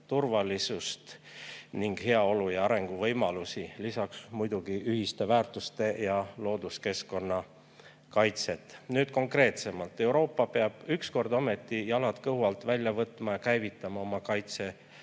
turvalisust ning heaolu ja arenguvõimalusi, lisaks muidugi ühiste väärtuste ja looduskeskkonna kaitset. Nüüd konkreetsemalt. Euroopa peab ükskord ometi jalad kõhu alt välja võtma ja käivitama oma